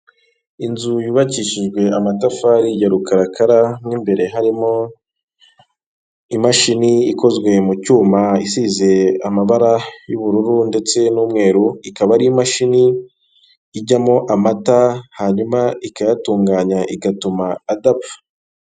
Inzu yubakishujwe amatafari ya rukarakara imbere harimo imashini ikozwe mu cyuma isize amabara y'ubururu ndetse n'umweru ikaba ari imashini ijyamo amata hanyuma ikayatunganya igatuma adapfa.